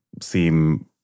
seem